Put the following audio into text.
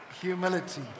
humility